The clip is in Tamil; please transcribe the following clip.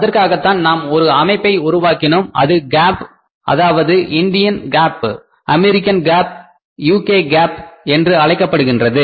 அதற்காகத்தான் நாம் ஒரு அமைப்பை உருவாக்கினோம் அது GAAP Indian GAAP Americal GAAP UK GAAP என்று அழைக்கப்படுகின்றது